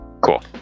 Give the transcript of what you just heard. Cool